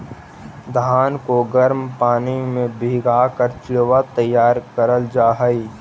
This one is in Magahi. धान को गर्म पानी में भीगा कर चिड़वा तैयार करल जा हई